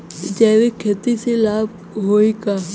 जैविक खेती से लाभ होई का?